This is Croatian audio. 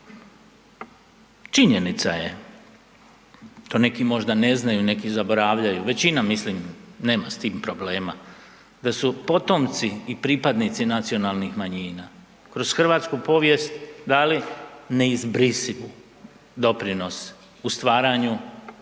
Činjenica je, to neki možda ne znaju, neki zaboravljaju, većina mislim nema s tim problema da su potomci i pripadnici nacionalnih manjina kroz hrvatsku povijest dali neizbrisivu doprinos u stvaranju